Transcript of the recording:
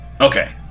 Okay